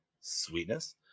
Sweetness